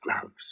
gloves